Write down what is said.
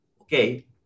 okay